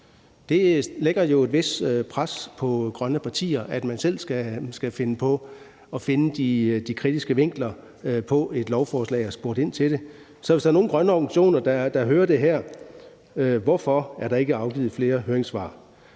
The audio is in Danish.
Det lægger jo et vist pres på grønne partier, at de selv skal finde de kritiske vinkler på et lovforslag og spørge ind til det. Så hvis der er nogle grønne organisationer, der hører det her, vil jeg gerne spørge, hvorfor der ikke er afgivet flere høringssvar.